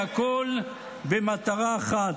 והכול במטרה אחת,